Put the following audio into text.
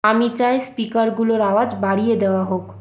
আমি চাই স্পিকারগুলোর আওয়াজ বাড়িয়ে দেওয়া হোক